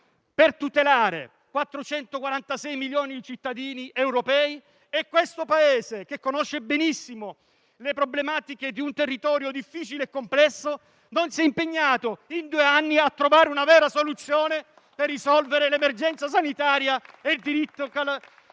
per tutelare 446 milioni di cittadini europei, mentre questo Paese, che conosce benissimo le problematiche di un territorio difficile e complesso, non si è impegnato in due anni a trovare una vera soluzione per risolvere l'emergenza sanitaria e il diritto alla